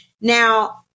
Now